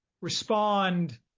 respond